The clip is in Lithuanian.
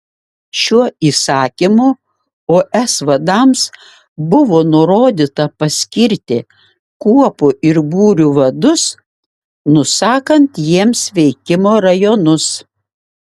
šiuo įsakymu os vadams buvo nurodyta paskirti kuopų ir būrių vadus nusakant jiems veikimo rajonus